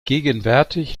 gegenwärtig